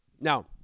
Now